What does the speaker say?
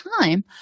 time